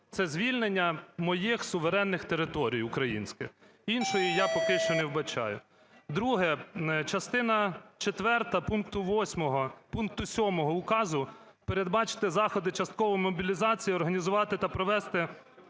це звільнення моїх суверенних територій українських. Іншої я поки що не вбачаю. Друге. Частина четверта пункту 8… пункту 7 указу: "Передбачити заходи часткової мобілізації, організувати та провести